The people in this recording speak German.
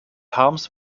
harms